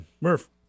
Murph